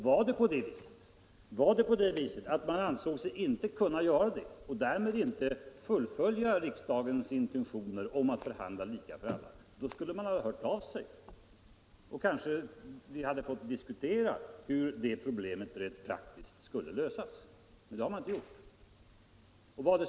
Var det så att man inte ansåg sig kunna göra det — och därmed inte fullfölja riksdagens intentioner om att förhandla lika för alla — skulle man ha hört av sig. Då hade vi kanske fått diskutera hur det problemet rent praktiskt skulle lösas. Det har man inte gjort.